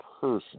person